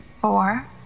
four